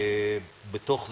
בתוך זה,